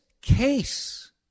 case